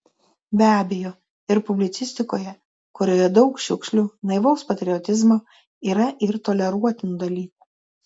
be abejo ir publicistikoje kurioje daug šiukšlių naivaus patriotizmo yra ir toleruotinų dalykų